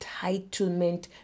entitlement